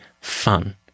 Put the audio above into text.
fun